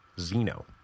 Zeno